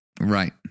Right